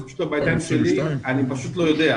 זה פשוט לא בידיים שלי ואני לא יודע.